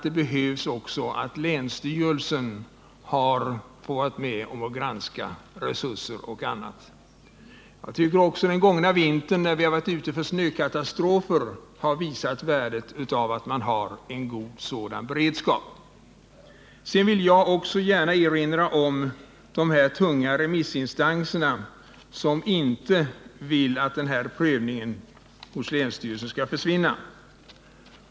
Det behövs att länsstyrelsen med sin överblick får vara med och granska de olika kommunernas resurser m.m. Också den gångna vintern med sina snökatastrofer har visat värdet av en god beredskap. Sedan vill jag erinra om de tunga remissinstanser som inte vill att den här prövningen hos länsstyrelserna skall försvinna.